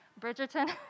Bridgerton